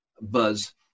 buzz